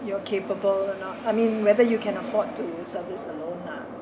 you're capable or not I mean whether you can afford to service a loan lah